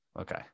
Okay